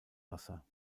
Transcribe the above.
wasser